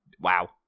wow